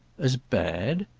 as bad?